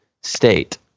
state